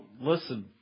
listen